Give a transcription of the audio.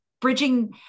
Bridging